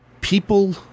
people